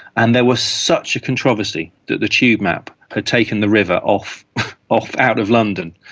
and there was such a controversy that the tube map had taken the river off off out of london,